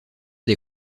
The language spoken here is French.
des